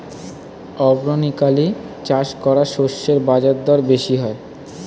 organically চাষ করা শস্যের বাজারদর বেশি হয়